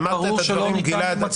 אמרת את הדברים, גלעד.